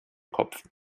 kopf